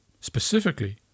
specifically